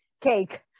cake